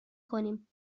کنیم